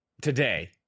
today